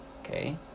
Okay